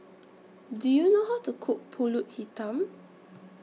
Do YOU know How to Cook Pulut Hitam